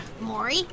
Maury